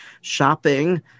shopping